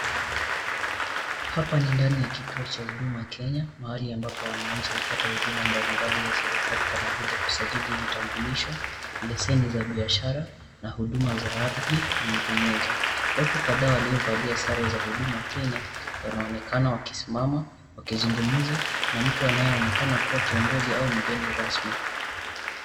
Hapa ni ndani ya kituo cha Huduma Kenya, mahali ambapo wananchi hupata huduma mbalimbali za serikali kama vile kusajili vitambulisho, leseni za biashara, na huduma za ardhi na nyinginezo. Watu kadhaa waliovalia sare za huduma Kenya wanaonekana wakisimama na wakizungumza na mtu anayeonekana kubwa kiongozi ama mgeni rasmi.